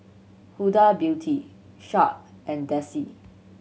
Huda Beauty Sharp and Delsey